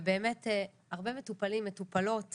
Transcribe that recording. ובאמת הרבה מטופלים ומטופלות באים,